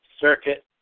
Circuit